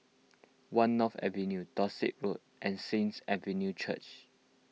one North Avenue Dorset Road and Saints Avenue Church